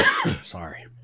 Sorry